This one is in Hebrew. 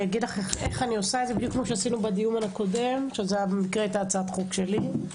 בדיוק כפי שעשינו בדיון הקודם שהיתה הצעת חוק שלי.